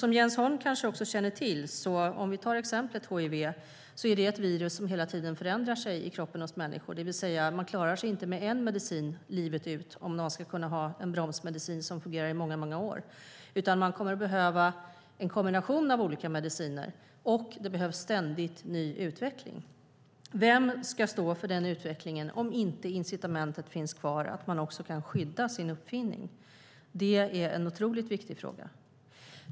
Som Jens Holm kanske känner till är till exempel hiv ett virus som hela tiden förändrar sig i människokroppen, det vill säga att man klarar sig inte med en medicin livet ut om man ska ha en bromsmedicin som fungerar i många, många år, utan man kommer att behöva en kombination av olika mediciner, och det behövs ständigt ny utveckling. Vem ska stå för den utvecklingen om inte incitamentet finns kvar att man kan skydda sin uppfinning? Det är en otroligt viktig fråga.